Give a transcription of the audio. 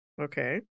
Okay